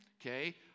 Okay